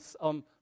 on